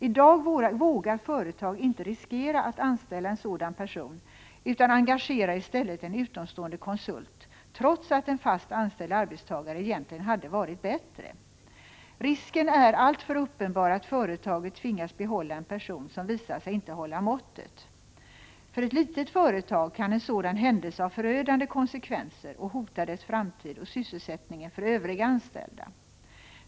I dag vågar företag inte riskera att anställa en sådan person utan engagerar i stället en utomstående konsult, trots att en fast anställd arbetstagare egentligen hade varit bättre. Risken är alltför uppenbar att företaget tvingas behålla en person som visat sig inte hålla måttet. För ett litet företag kan en sådan händelse ha förödande konsekvenser och hota dess framtid och sysselsättningen för övriga anställda.